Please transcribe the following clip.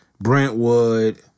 Brentwood